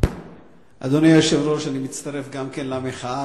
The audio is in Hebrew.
אדוני היושב-ראש, גם אני מצטרף למחאה.